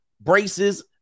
braces